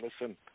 Listen